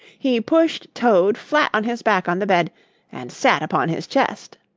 he pushed toad flat on his back on the bed and sat upon his chest.